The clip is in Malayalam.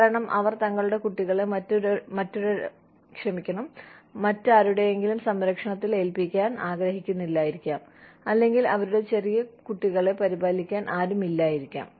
കാരണം അവർ തങ്ങളുടെ കുട്ടികളെ മറ്റാരുടെയെങ്കിലും സംരക്ഷണത്തിൽ ഏൽപ്പിക്കാൻ ആഗ്രഹിക്കുന്നില്ലായിരിക്കാം അല്ലെങ്കിൽ അവരുടെ ചെറിയ കുട്ടികളെ പരിപാലിക്കാൻ ആരുമില്ലായിരിക്കാം